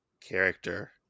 character